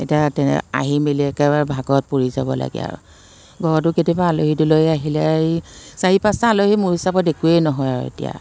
এতিয়া তেনে আহি মেলি একেবাৰে ভাগৰত পৰি যাব লাগে আৰু ঘৰতো কেতিয়াবা আলহী দুলহী আহিলে এই চাৰি পাঁচটা আলহী মোৰ হিচাপত একোৱেই নহয় আৰু এতিয়া